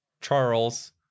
charles